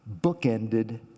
bookended